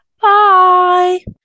bye